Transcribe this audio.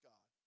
God